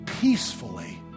peacefully